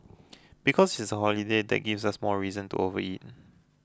because it's a holiday that gives us more reason to overeat